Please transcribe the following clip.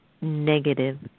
negative